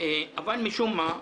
אבל משום מה,